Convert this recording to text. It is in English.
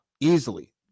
easily